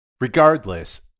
Regardless